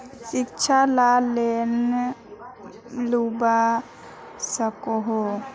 शिक्षा ला लोन लुबा सकोहो?